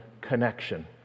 connection